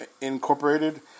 Incorporated